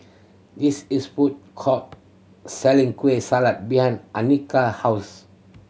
this is food court selling Kueh Salat behind Annika house